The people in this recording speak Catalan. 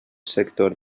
sector